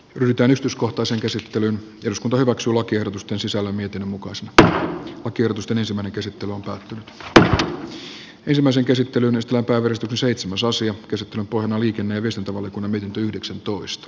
rytönystyskohtaiseen käsittelyyn jos kotona raksulakiehdotusten sisällön mietinnön mukaisen kotiutusten käsittelyn pohjana on liikenne ja viestintävaliokunnan mietintö